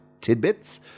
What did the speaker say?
tidbits